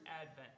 Advent